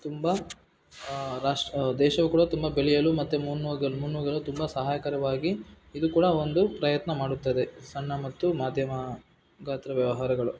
ತುಂಬ ರಾಷ್ಟ್ರ ದೇಶವು ಕೂಡ ತುಂಬ ಬೆಳೆಯಲು ಮತ್ತು ಮುನ್ನುಗ್ಗಲು ಮುನ್ನುಗ್ಗಲು ತುಂಬ ಸಹಾಯಕರವಾಗಿ ಇದು ಕೂಡ ಒಂದು ಪ್ರಯತ್ನ ಮಾಡುತ್ತದೆ ಸಣ್ಣ ಮತ್ತು ಮಾಧ್ಯಮ ಗಾತ್ರ ವ್ಯವಹಾರಗಳು